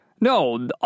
no